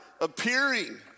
appearing